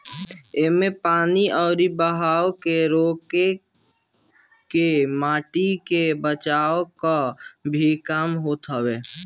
इमे पानी कअ बहाव के रोक के माटी के बचावे कअ भी काम होत हवे